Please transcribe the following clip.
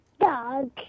dog